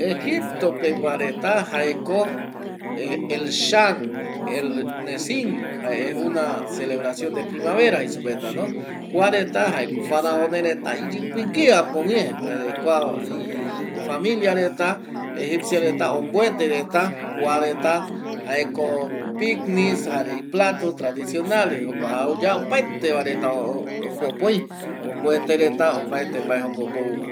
Egipto pgua reta jae celebracion de primera, kuaretajaeko faraones reta iyipigüi oyapo reta va jaema kua familia egipcio reta ombuete reta kuareta jaeko piknis jare y plato tradicionales jaema opaete va reta jokope oi ombuete reta opaete va jokope ou va